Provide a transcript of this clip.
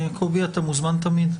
קובי, אתה מוזמן תמיד.